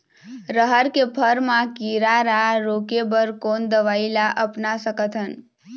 रहर के फर मा किरा रा रोके बर कोन दवई ला अपना सकथन?